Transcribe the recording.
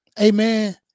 Amen